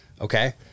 Okay